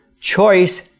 choice